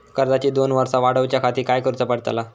कर्जाची दोन वर्सा वाढवच्याखाती काय करुचा पडताला?